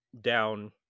down